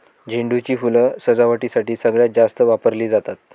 झेंडू ची फुलं सजावटीसाठी सगळ्यात जास्त वापरली जातात